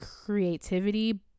creativity